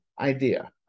idea